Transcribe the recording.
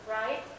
right